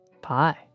pie